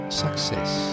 success